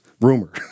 rumor